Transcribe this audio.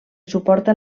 suporta